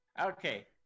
Okay